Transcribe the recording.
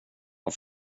vad